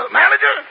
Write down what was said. manager